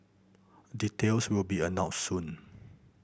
details will be announced soon